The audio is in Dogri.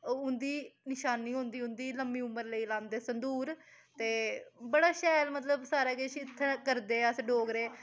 उं'दी नशानी होंदी उंदी लम्मी उमर लेई लांदे संदूर ते बड़ा शैल मतलब सारा किश इत्थैं करदे अस डोगरे